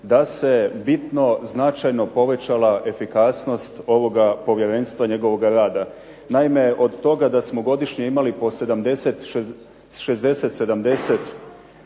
da se bitno, značajno povećala efikasnost ovoga povjerenstva, njegovoga rada. Naime, od toga da smo godišnje imali 60, 70